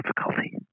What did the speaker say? difficulty